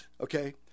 okay